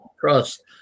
trust